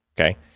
Okay